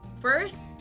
First